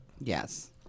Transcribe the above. Yes